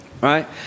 Right